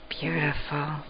Beautiful